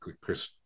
chris